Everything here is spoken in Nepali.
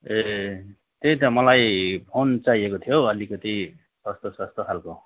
ए त्यही त मलाई फोन चाहिएको थियो हौ अलिकति सस्तो सस्तो खालको